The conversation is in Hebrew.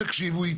בכסף.